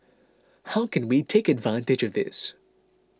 how can we take advantage of this